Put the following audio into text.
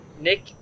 Nick